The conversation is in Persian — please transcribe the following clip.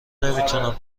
نمیتونم